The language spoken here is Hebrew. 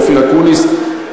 אופיר אקוניס.